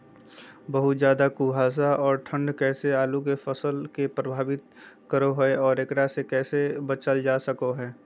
बहुत ज्यादा कुहासा और ठंड कैसे आलु के फसल के प्रभावित करो है और एकरा से कैसे बचल जा सको है?